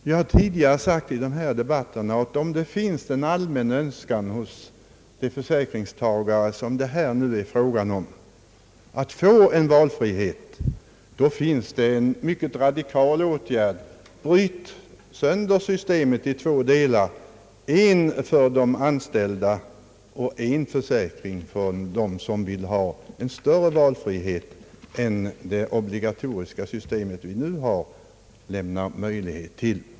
Jag har tidigare i denna debatt sagt att om det finns en allmän önskan hos de försäkringstagare som det här är fråga om att få en valfrihet, kan en mycket radikal åtgärd vidtas: bryt sönder systemet i två delar — en försäkring för de anställda och en försäkring för dem som vill ha en större valfrihet än det obligatoriska system som nu finns lämnar möjlighet till!